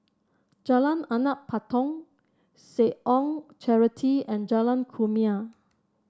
Jalan Anak Patong Seh Ong Charity and Jalan Kumia